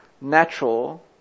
natural